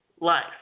life